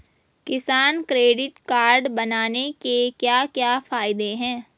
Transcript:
किसान credit card बनाने के क्या क्या फायदे हैं?